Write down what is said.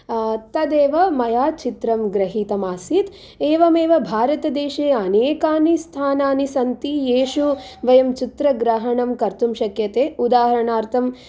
तदेव मया चित्रं गृहीतमासीत् एवमेव भारतदेशे अनेकानि स्थानानि सन्ति येषु वयं चित्रग्रहणं कर्तुं शक्यते उदाहरणार्थम्